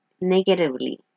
negatively